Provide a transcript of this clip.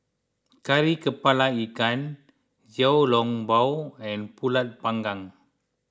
Kari Kepala Ikan Xiao Long Bao and Pulut Panggang